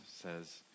says